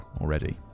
already